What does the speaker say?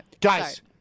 Guys